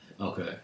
Okay